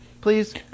please